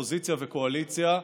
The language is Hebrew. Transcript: אופוזיציה וקואליציה,